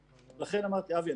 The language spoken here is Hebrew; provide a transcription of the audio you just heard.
לא --- אבי,